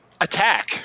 Attack